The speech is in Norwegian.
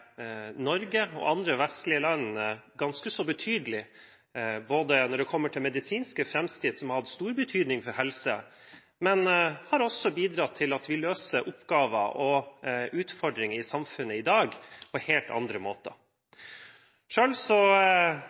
Norge og andre vestlige land ganske så betydelig når det kommer til medisinske framskritt, som har hatt stor betydning for helse, men de har også bidratt til at vi løser oppgaver og utfordringer i samfunnet i dag på helt andre måter.